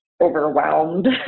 Overwhelmed